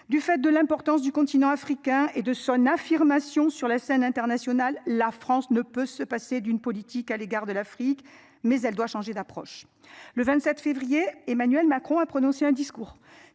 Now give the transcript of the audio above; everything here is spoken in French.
Du fait de l'importance du continent africain et de son affirmation sur la scène internationale, la France ne peut se passer d'une politique à l'égard de l'Afrique. Mais elle doit changer d'approche. Le 27 février. Emmanuel Macron a prononcé un discours